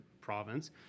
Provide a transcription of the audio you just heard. province